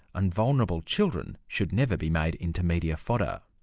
and vulnerable children should never be made into media fodder.